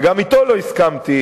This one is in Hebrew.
וגם אתו לא הסכמתי,